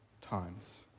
times